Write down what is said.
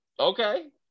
Okay